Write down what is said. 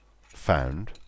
found